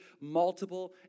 multiple